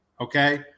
okay